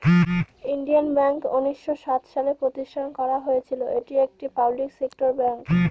Indian bank উনিশশো সাত সালে প্রতিষ্ঠান করা হয়েছিল এটি একটি পাবলিক সেক্টর ব্যাঙ্ক